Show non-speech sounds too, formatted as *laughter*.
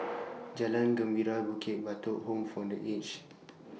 *noise* Jalan Gembira Bukit Batok Home For The Aged